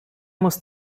muss